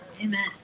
Amen